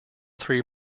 three